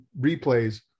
replays